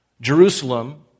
Jerusalem